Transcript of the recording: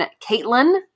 Caitlin